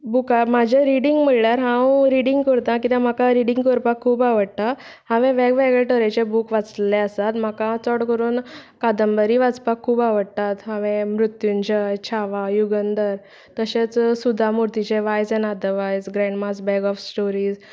बुका म्हजें रिडींग म्हणल्यार हांव रिडींग करता किद्या म्हाका रिडींग करपाक खूब आवडटा हांवें वेगवेगळे तरेचे बूक वाचलें आसात म्हाका चड करून कादंबरी वाचपाक खूब आवडटात हांवें मृत्यूंजय छावा युगंदर तशेंच सुदा मुर्तीचें wise and otherwise grandma's bag of stories